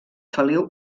feliu